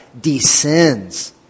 descends